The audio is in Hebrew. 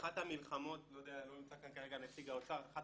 כי אחרת לא נמצא כאן כרגע נציג האוצר אחת